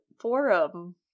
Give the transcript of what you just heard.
forum